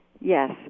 Yes